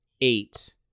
eight